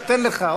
ונותן לך.